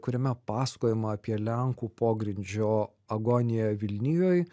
kuriame pasakojama apie lenkų pogrindžio agoniją vilnijoj